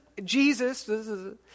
Jesus